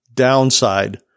downside